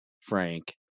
Frank